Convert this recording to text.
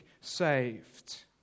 saved